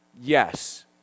yes